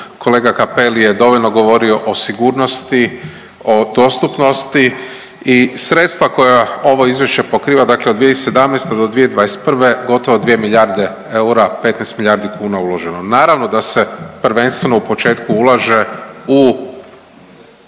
kolega Cappelli je dovoljno govorio o sigurnosti, o dostupnosti i sredstva koja ovo izvješće pokriva dakle 2017.-2021. gotovo dvije milijarde eura, 15 milijardi kuna uloženo. Naravno da se prvenstveno u početku ulaže u